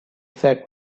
said